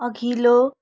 अघिल्लो